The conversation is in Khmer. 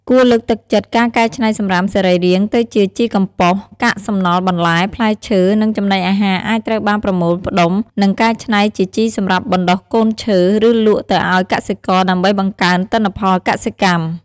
គួរលើកទឹកចិត្តការកែច្នៃសំរាមសរីរាង្គទៅជាជីកំប៉ុស្តិ៍ កាកសំណល់បន្លែ ផ្លែឈើ និងចំណីអាហារអាចត្រូវបានប្រមូលផ្ដុំ និងកែច្នៃជាជីសម្រាប់បណ្តុះកូនឈើ ឬលក់ទៅឱ្យកសិករដើម្បីបង្កើនទិន្នផលកសិកម្ម។